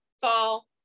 fall